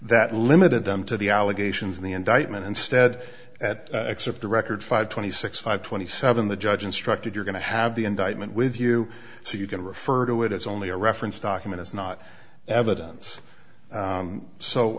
that limited them to the allegations in the indictment instead at except the record five twenty six five twenty seven the judge instructed you're going to have the indictment with you so you can refer to it as only a reference document is not evidence